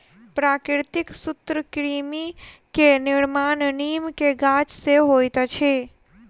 प्राकृतिक सूत्रकृमि के निर्माण नीम के गाछ से होइत अछि